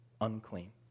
unclean